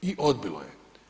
I odbilo je.